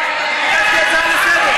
אתם חיים בלה-לה לנד.